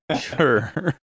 Sure